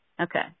Okay